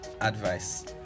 advice